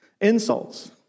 Insults